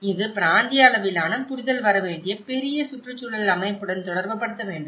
இது பிராந்திய அளவிலான புரிதல் வர வேண்டிய பெரிய சுற்றுச்சூழல் அமைப்புடன் தொடர்புபடுத்த வேண்டும்